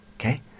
okay